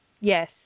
yes